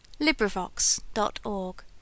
LibriVox.org